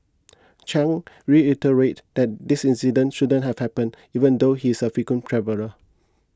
Chang reiterated that this incident shouldn't have happened even though he is a frequent traveller